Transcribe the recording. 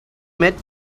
met